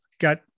got